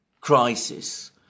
crisis